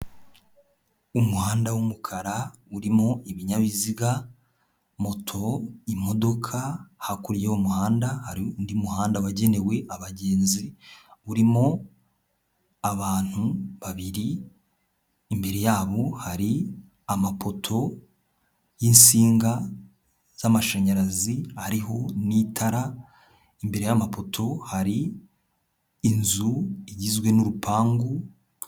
Umuhanda w'umukara, urimo ibinyabiziga, moto, imodoka, hakurya y'umuhanda hari undi muhanda wagenewe abagenzi. Urimo abantu babiri, imbere yabo hari amapoto y'insinga z'amashanyarazi, ariho n'itara, imbere y'amapoto hari inzu igizwe n'urupangu.